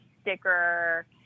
sticker